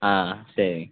ஆ சரி